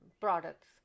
products